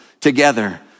together